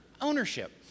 ownership